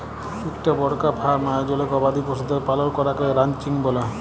ইকটা বড়কা ফার্ম আয়জলে গবাদি পশুদের পালল ক্যরাকে রানচিং ব্যলে